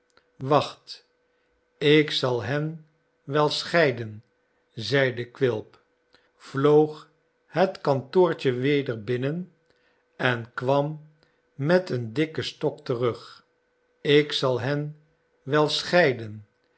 wacht ik zal hen wel scheiden zeide quilp vloog het kantoortje weder binnen en kwam met een dikken stok terug ik zal hen wel scheiden